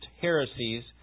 Heresies